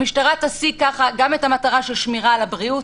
המשטרה תשיג ככה גם את המטרה של שמירה על הבריאות,